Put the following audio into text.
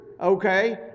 okay